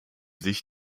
sich